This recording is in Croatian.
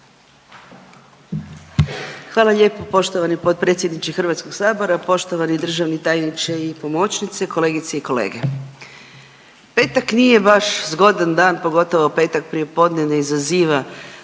Hvala lijepo poštovani potpredsjedniče Hrvatskog sabora, poštovani državni tajniče i pomoćnice, kolegice i kolege. Petak nije baš zgodan dan pogotovo petak prije podne ne izaziva